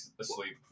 asleep